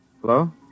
Hello